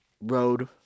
road